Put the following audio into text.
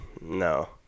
No